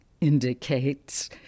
indicates